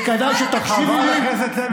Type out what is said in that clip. וכדאי שתקשיבי לי,